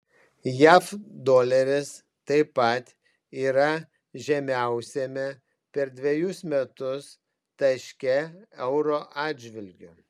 jav doleris taip pat yra žemiausiame per dvejus metus taške euro atžvilgiu